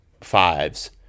fives